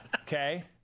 okay